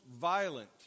violent